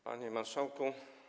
Panie Marszałku!